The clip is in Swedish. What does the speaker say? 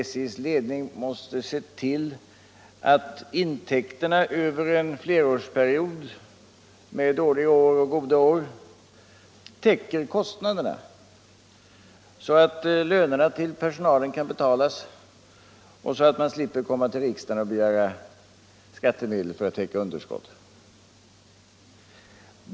SJ:s ledning måste se till att intäkterna över en flerårsperiod med goda och dåliga år täcker kostnaderna. så att personalens löner kan betalas och så att man slipper komma till riksdagen och begära skattemedel för att täcka underskott.